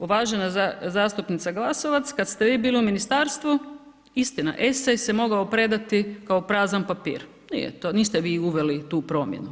Uvažena zastupnice Glasovac, kad ste vi bili u ministarstvu, istina, esej se mogao predati kao prazan papir, nije, niste vi uvali tu promjenu.